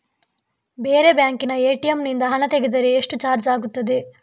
ಬೇರೆ ಬ್ಯಾಂಕಿನ ಎ.ಟಿ.ಎಂ ನಿಂದ ಹಣ ತೆಗೆದರೆ ಎಷ್ಟು ಚಾರ್ಜ್ ಆಗುತ್ತದೆ?